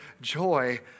Joy